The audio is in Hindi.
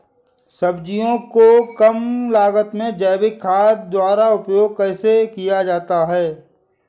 सब्जियों को कम लागत में जैविक खाद द्वारा उपयोग कैसे किया जाता है?